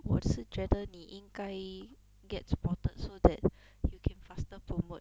我是觉得你应该 gets spotted so that you can faster promote